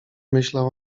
myślał